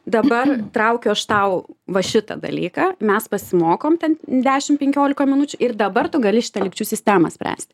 dabar traukiu aš tau va šitą dalyką mes pasimokom ten dešim penkiolika minučių ir dabar tu gali šitą lygčių sistemą spręst